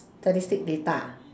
statistic data